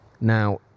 Now